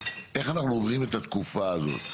איך אנחנו עוברים את התקופה הזאת.